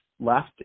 left